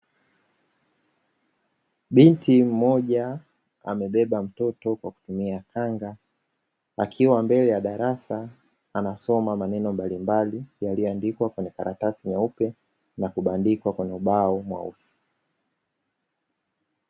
Binti mmoja amebeba mtoto kwa kutumia kanga akiwa mbele ya darasa, anasoma maneno mbalimbali yaliyoandikwa kwenye karatasi nyeupe na kubandikwa kwenye ubao mweusi.